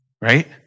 right